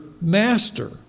Master